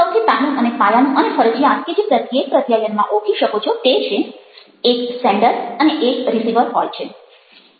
સૌથી પહેલું અને પાયાનું અને ફરજિયાત કે જે પ્રત્યેક પ્રત્યાયનમાં ઓળખી શકો છો તે છે એક સેન્ડર અને એક રિસીવર હોય છે